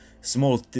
small